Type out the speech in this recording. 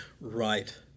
Right